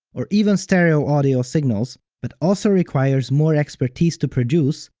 or even stereo audio signals, but also requires more expertise to produce,